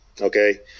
okay